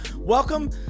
welcome